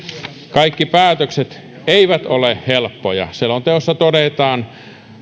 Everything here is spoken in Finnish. kaikki päätökset eivät ole helppoja selonteossa todetaan